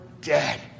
dead